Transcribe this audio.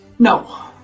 No